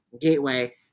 gateway